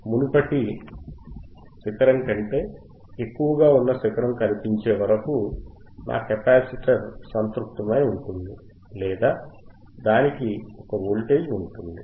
మునుపటి శిఖరం కంటే ఎక్కువగా ఉన్న శిఖరం కనిపించే వరకు నా కెపాసిటర్ సంతృప్తమై ఉంటుంది లేదా దానికి ఒకే వోల్టేజ్ ఉంటుంది